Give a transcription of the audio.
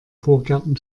vorgärten